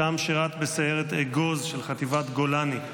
שם שירת בסיירת אגוז של חטיבת גולני.